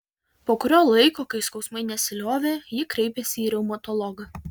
po kurio laiko kai skausmai nesiliovė ji kreipėsi į reumatologą